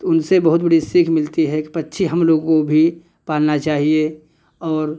तो उनसे बहुत बड़ी सीख मिलती है कि पक्षी हम लोगों को भी पालना चाहिए और